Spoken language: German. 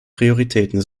prioritäten